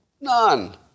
None